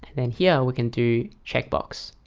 then here we can do checkbox.